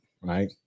right